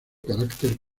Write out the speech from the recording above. carácter